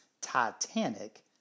Titanic